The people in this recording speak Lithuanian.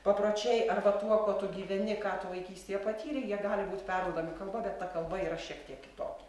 papročiai arba tuo kuo tu gyveni ką tu vaikystėje patyrei jie gali būt perduodami kalba bet ta kalba yra šiek tiek kitokia